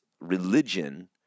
religion